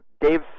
Dave